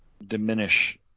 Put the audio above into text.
diminish